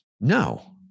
No